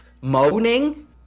moaning